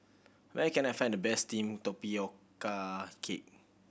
where can I find the best steamed tapioca cake